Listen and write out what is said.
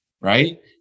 right